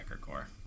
core